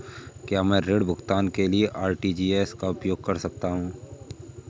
क्या मैं ऋण भुगतान के लिए आर.टी.जी.एस का उपयोग कर सकता हूँ?